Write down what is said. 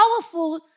powerful